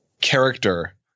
character